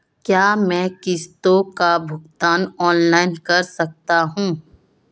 क्या मैं किश्तों का भुगतान ऑनलाइन कर सकता हूँ?